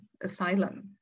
asylum